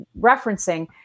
referencing